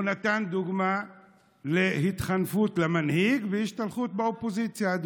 הוא נתן דוגמה להתחנפות למנהיג והשתלחות באופוזיציה,